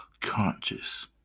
conscious